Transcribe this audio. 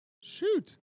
Shoot